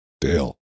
Dale